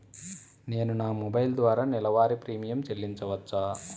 నేను నా మొబైల్ ద్వారా నెలవారీ ప్రీమియం చెల్లించవచ్చా?